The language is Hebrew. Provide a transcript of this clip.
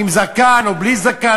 עם זקן או בלי זקן,